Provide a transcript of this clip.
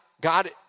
God